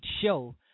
show